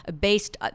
based